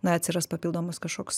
na atsiras papildomas kažkoks